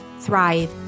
thrive